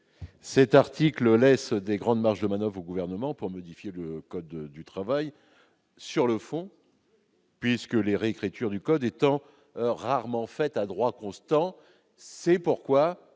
cet article laisse de grandes marges de manoeuvre au Gouvernement pour modifier le code du travail sur le fond, les réécritures du code étant rarement faites à droit constant. Pour